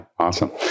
Awesome